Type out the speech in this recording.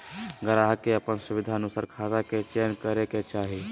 ग्राहक के अपन सुविधानुसार खाता के चयन करे के चाही